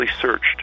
searched